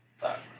sucks